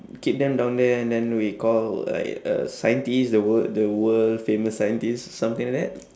keep them down there and then we call like a scientist the wor~ the world famous scientist something like that